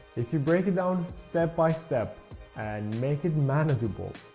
if you break it down step by step and make it manageable,